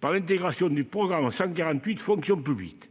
par l'intégration du programme 148, « Fonction publique ».